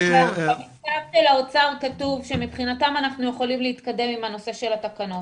במכתב של האוצר כתוב שמבחינתם אנחנו יכולים להתקדם עם הנושא של התקנות.